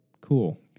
Cool